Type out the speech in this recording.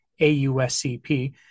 AUSCP